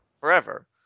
forever